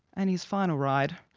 and his final ride,